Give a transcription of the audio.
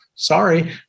Sorry